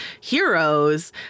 heroes